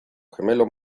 gemelo